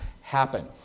happen